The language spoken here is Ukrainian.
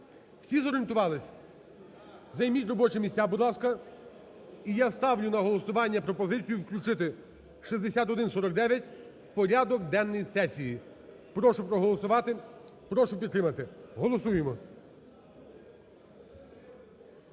Всі зорієнтувались? Займіть робочі місця, будь ласка. І я ставлю на голосування пропозицію включити 6149 в порядок денний сесії. Прошу проголосувати, прошу підтримати. Голосуємо!